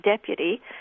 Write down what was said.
deputy